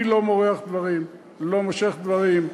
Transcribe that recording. אני לא מורח דברים, לא מושך דברים.